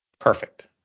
Perfect